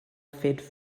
faites